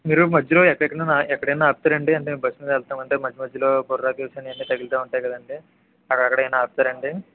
మీరు మధ్యలోన ఎక్క ఎక్కడైన ఎక్కడైనా ఆపుతారండి అంటే మేము బస్సుమీద వెళ్తాం అంటే మధ్య మధ్యలో బొర్రా కేవ్స్ అని ఇవన్నీ తగులుతూ ఉంటాయి కదండీ అక్కడ అక్కడ ఏమైనా ఆపుతారండి